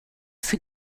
fut